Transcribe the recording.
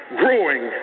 growing